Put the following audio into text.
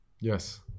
Yes